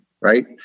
Right